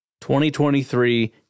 2023